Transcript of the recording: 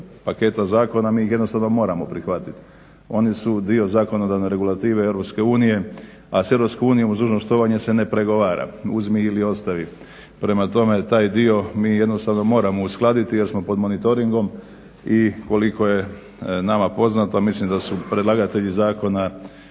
paketa zakona. Mi ih jednostavno moramo prihvatiti. Oni su dio zakonodavne regulative Europske unije, a s Europskom unijom uz dužno štovanje se ne pregovara uzmi ili ostavi. Prema tome, taj dio mi jednostavno moramo uskladiti jer smo pod monitoringom i koliko je nama poznato, a mislim da su predlagatelji zakona